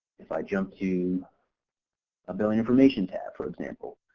if i jump to ah billing information tab for example.